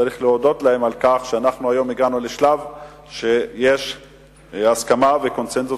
צריך להודות להם על כך שאנחנו הגענו היום לשלב של הסכמה וקונסנזוס